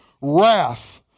wrath